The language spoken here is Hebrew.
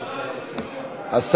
לא, לא, אני מגיב.